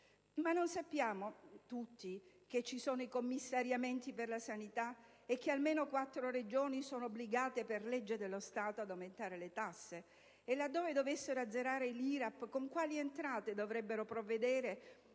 Ma non sappiamo che ci sono i commissariamenti per la sanità e che almeno quattro Regioni sono obbligate per legge dello Stato ad aumentare le tasse? E laddove dovessero azzerare l'IRAP, con quali entrate dovrebbero provvedere